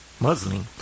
Muslim